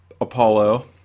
Apollo